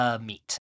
meat